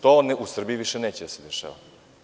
To u Srbiji više neće da se dešava.